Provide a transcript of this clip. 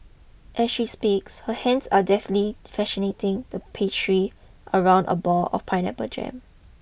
as she speaks her hands are deftly fashioning the pastry around a ball of pineapple jam